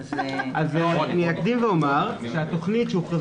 אז אני אקדים ואומר שהתוכנית שהוכרזה